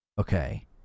okay